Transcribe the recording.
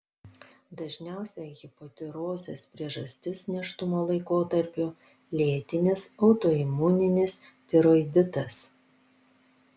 dažniausia hipotirozės priežastis nėštumo laikotarpiu lėtinis autoimuninis tiroiditas